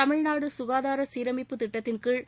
தமிழ்நாடு சுகாதார சீரமைப்புத் திட்டத்தின்கீழ்